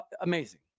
amazing